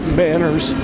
manners